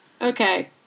Okay